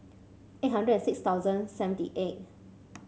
eight hundred and six thousand seventy eight